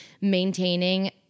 maintaining